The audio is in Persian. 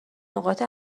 نقاط